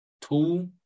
two